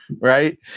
Right